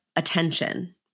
Attention